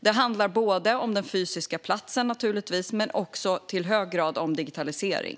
Det handlar naturligtvis både om den fysiska platsen och i hög grad om digitalisering.